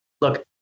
Look